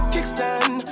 Kickstand